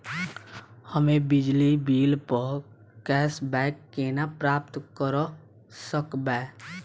हम्मे बिजली बिल प कैशबैक केना प्राप्त करऽ सकबै?